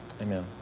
Amen